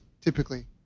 typically